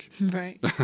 Right